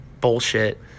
bullshit